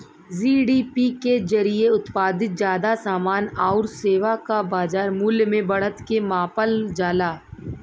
GDP के जरिये उत्पादित जादा समान आउर सेवा क बाजार मूल्य में बढ़त के मापल जाला